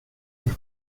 los